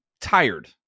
tired